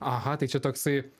aha tai čia toksai